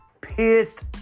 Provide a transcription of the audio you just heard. Pissed